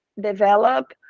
develop